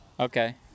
Okay